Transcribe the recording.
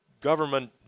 government